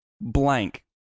blank